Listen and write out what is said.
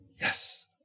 Yes